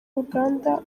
uganda